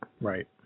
right